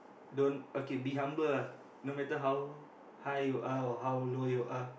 don't okay be humble ah no matter how high you are or how low you are